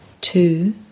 two